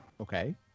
Okay